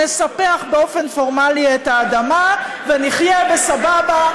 נספח באופן פורמלי את האדמה ונחיה בסבבה,